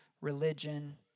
religion